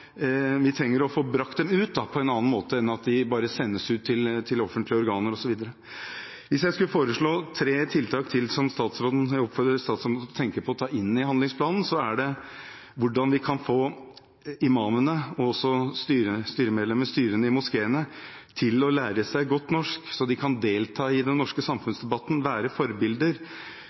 trenger å få brakt ut på en annen måte enn at de bare sendes ut til offentlige organer osv. Hvis jeg skulle foreslå tre tiltak til som jeg oppfordrer statsråden til å tenke på å ta inn i handlingsplanen, er det hvordan vi kan få imamene og også styremedlemmer, styrene i moskéene, til å lære seg godt norsk, så de kan delta i den norske